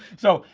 so,